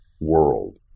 world